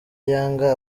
yanga